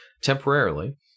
temporarily